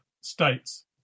states